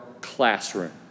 classroom